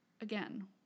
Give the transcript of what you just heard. Again